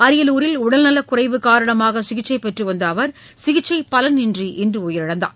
அரியலூரில் உடல்நலக் குறைவு காரணமாக சிகிச்சை பெற்று வந்த அவர் சிகிச்சை பலனின்றி இன்று உயிரிழந்தார்